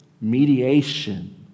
mediation